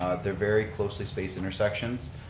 they're very closely spaced intersections.